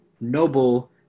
noble